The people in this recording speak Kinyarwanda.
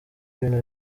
ibintu